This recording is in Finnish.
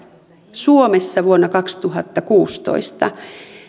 suomessa vuonna kaksituhattakuusitoista